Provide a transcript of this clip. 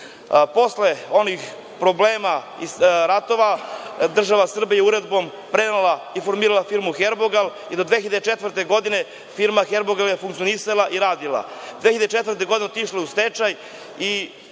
Posle onih problema i ratova, država Srbija je uredbom prenela i formirala firmu „Herbogal“. Do 2004. godine firma „Herbogal“ je funkcionisala i radila. Godine 2004. otišla je u stečaj i